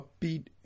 upbeat